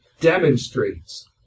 demonstrates